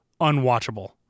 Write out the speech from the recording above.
unwatchable